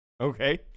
Okay